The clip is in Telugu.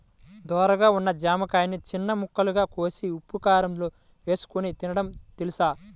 ధోరగా ఉన్న జామకాయని చిన్న ముక్కలుగా కోసి ఉప్పుకారంలో ఏసుకొని తినడం తెలుసా?